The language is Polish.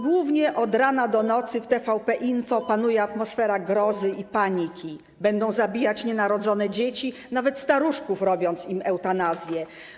Głównie od rana do nocy w TVP Info panuje atmosfera grozy i paniki: będą zabijać nienarodzone dzieci, nawet staruszków, robiąc im eutanazję.